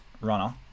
runner